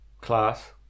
Class